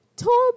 told